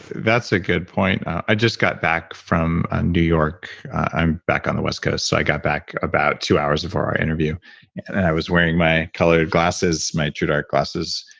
that's a good point. i just got back from ah new york. i'm back on the west coast so i got back about two hours of our interview and i was wearing my colored glasses, my too dark glasses.